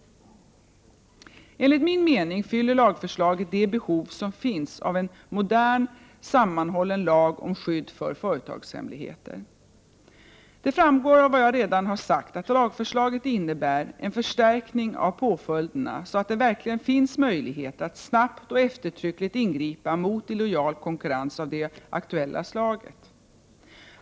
Enligt min mening fyller lagförslaget det behov som finns av en modern sammanhållen lag om skydd för företagshemligheter. Det framgår av vad jag redan har sagt att lagförslaget innebär en förstärkning av påföljderna, så att det verkligen finns möjligheter att snabbt och eftertryckligt ingripa mot illojal konkurrens av det aktuella slaget.